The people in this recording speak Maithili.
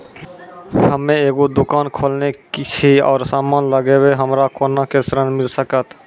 हम्मे एगो दुकान खोलने छी और समान लगैबै हमरा कोना के ऋण मिल सकत?